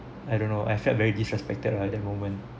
I don't know I felt very disrespected lah at that moment